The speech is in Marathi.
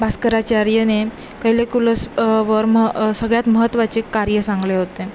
भास्कराचार्यने कैलेकुलस वर म सगळ्यात महत्वाचे कार्य सांगितले होते